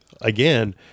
again